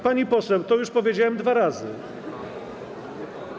Pani poseł, już powiedziałem dwa razy.